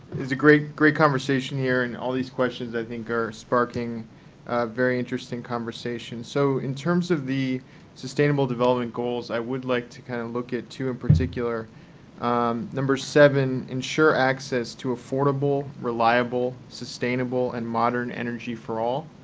is a great great conversation here. and all these questions, i think, are sparking a very interesting conversation. so in terms of the sustainable development goals, i would like to kind of look at two in particular number seven, ensure access to affordable, reliable, sustainable, and modern energy for all,